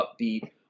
upbeat